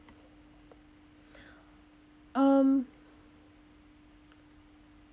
um